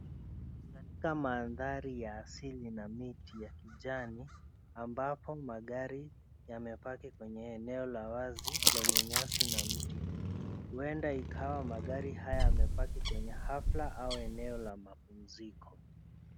Katika mandhari ya asili na miti ya kijani ambapo magari yamepaki kwenye eneo la wazi lenye nyasi na mti, huenda ikawa magari haya yamepaki kwenye hafla au eneo ya mapumziko.